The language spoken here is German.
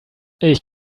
ich